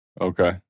Okay